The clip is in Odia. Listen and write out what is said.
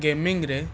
ଗେମିଙ୍ଗରେ